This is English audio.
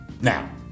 Now